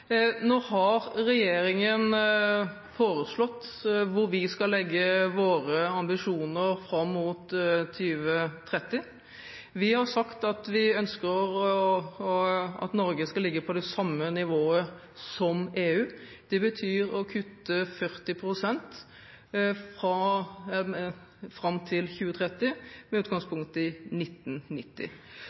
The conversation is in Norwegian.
Nå har regjeringen foreslått hvor vi skal legge våre ambisjoner fram mot 2030. Vi har sagt at vi ønsker at Norge skal ligge på det samme nivået som EU. Det betyr å kutte 40 pst. fram til 2030 med utgangspunkt i 1990.